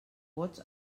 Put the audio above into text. vots